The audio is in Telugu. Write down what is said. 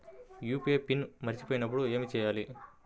యూ.పీ.ఐ పిన్ మరచిపోయినప్పుడు ఏమి చేయాలి?